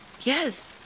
Yes